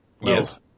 Yes